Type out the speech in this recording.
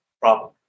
problem